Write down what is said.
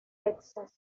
texas